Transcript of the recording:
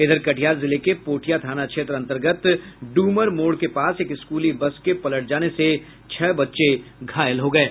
इधर कटिहार जिले के पोठिया थाना क्षेत्र अंतर्गत डुमर मोड़ के पास एक स्कूली बस के पलट जाने से छह बच्चे घायल हो गये